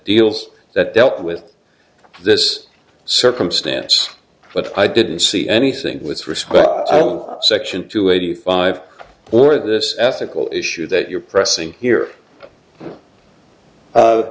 deals that dealt with this circumstance but i didn't see anything with respect section two eighty five or this ethical issue that you're pressing here